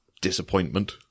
disappointment